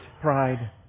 pride